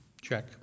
check